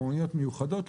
באוניות מיוחדות,